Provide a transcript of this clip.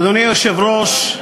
אדוני היושב-ראש,